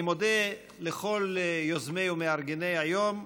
אני מודה לכל יוזמי ומארגני היום,